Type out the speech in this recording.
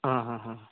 आं हा हा हा